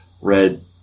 read